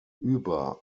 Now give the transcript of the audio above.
über